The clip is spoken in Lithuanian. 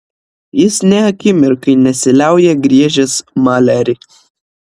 jis nė akimirkai nesiliauja griežęs malerį